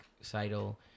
Seidel